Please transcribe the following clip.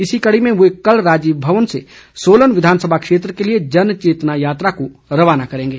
इसी कड़ी में वे कल राजीव भवन से सोलन विधानसभा क्षेत्र के लिए जनचेतना यात्रा को रवाना करेंगे